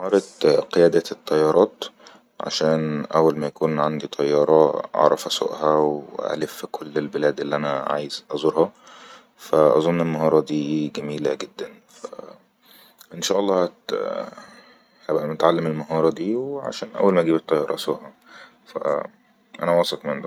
مهارت قيادت الطيارات عشان اول ما اكون عندي طيارة اعرف اسوءها و والف كل البلاد اللي انا عايز ازورها فأظن ان المهارات دي جميلة جدن ان شاء الله ه-هبأي متعلم المهارات دي عشان اول ما اجيب الطيارة اسوءها فأنا واسق من دا